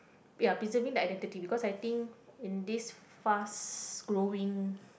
ya preserving the identity because I think in this fast growing